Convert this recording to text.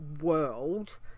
world